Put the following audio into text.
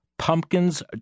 Pumpkins